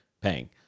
paying